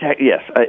Yes